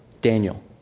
Daniel